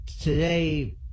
today